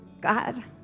God